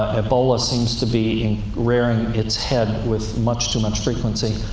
ebola seems to be rearing its head with much too much frequency,